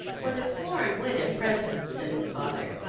what is flooring win at present, said his father,